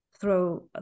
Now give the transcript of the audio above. throw